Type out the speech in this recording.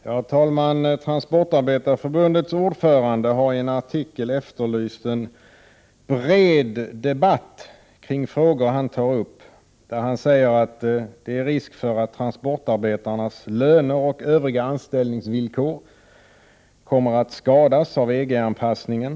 Herr talman! Transportarbetareförbundets ordförande har i en artikel efterlyst en bred debatt kring de frågor som han tar upp. Han säger att det finns risk för att transportarbetarnas löner och övriga anställningsvillkor kommer att skadas genom EG-anpassningen.